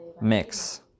mix